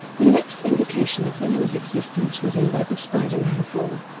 the next indication of venom's existence was in web of spider-man four,